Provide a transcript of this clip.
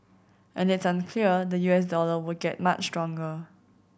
and it's unclear the U S dollar will get much stronger